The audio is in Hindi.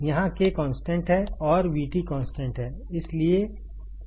यहाँ K कॉन्स्टेंट है और VT कॉन्स्टेंट है